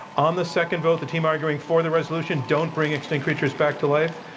on the second vote, the team arguing for the resolution, don't bring extinct creatures back to life,